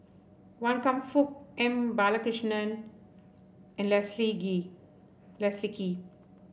Wan Kam Fook M Balakrishnan and Leslie Gee Leslie Kee